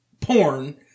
porn